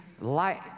light